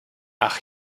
ach